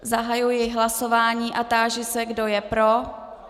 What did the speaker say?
Zahajuji hlasování a táži se, kdo je pro.